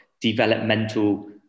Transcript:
developmental